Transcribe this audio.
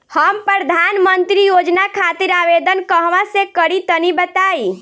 हम प्रधनमंत्री योजना खातिर आवेदन कहवा से करि तनि बताईं?